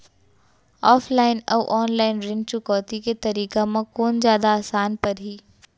Offline अऊ online ऋण चुकौती के तरीका म कोन जादा आसान परही?